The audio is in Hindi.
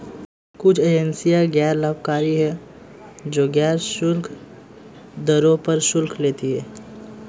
कुछ एजेंसियां गैर लाभकारी हैं, जो गैर शुल्क दरों पर शुल्क लेती हैं